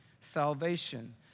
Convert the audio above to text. salvation